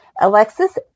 Alexis